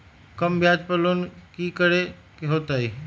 कम ब्याज पर लोन की करे के होतई?